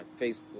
Facebook